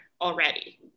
already